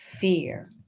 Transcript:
fear